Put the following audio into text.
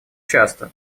часто